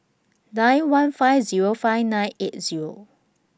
nine one five Zero five nine eight Zero